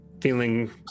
feeling